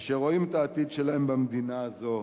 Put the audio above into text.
אשר רואים את העתיד שלהם במדינה הזו,